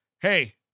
hey